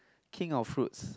king of fruits